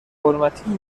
حرمتی